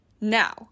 now